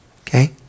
Okay